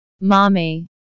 mommy